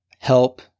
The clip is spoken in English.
help